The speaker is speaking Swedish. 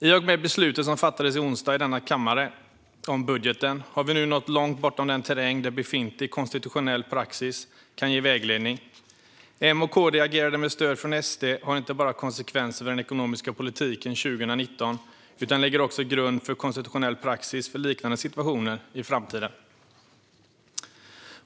I och med det beslut som fattades i onsdags i denna kammare om budgeten har vi nu nått långt bortom den terräng där befintlig konstitutionell praxis kan ge vägledning. M:s och KD:s agerande med stöd från SD har inte bara konsekvenser för den ekonomiska politiken 2019 utan lägger också grund för konstitutionell praxis för liknande situationer i framtiden.